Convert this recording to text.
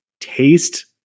taste